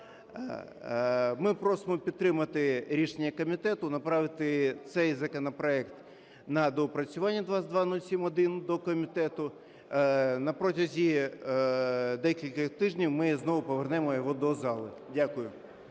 Ми просимо підтримати рішення комітету направити цей законопроект на доопрацювання, 2207-1, до комітету, на протязі декількох тижнів ми знову повернемо його до зали. Дякую.